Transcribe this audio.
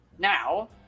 now